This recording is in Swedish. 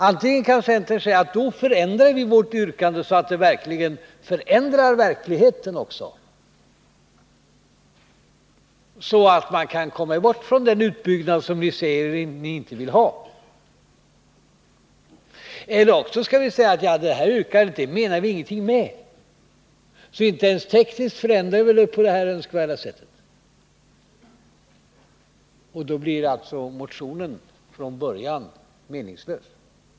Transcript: Antingen kan centern säga att man då ändrar sitt yrkande så att det också förändrar verkligheten och så att man kan komma bort från den utbyggnad som man säger sig inte vilja ha. Eller också skall centern säga att man inte menar något med detta yrkande och att man inte ens tekniskt förändrar någonting. Då blir motionen från början meningslös.